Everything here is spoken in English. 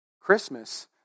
Christmas